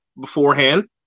beforehand